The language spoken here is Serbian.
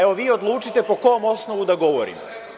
Evo, vi odlučite po kom osnovu da govorim.